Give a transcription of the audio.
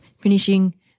finishing